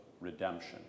redemption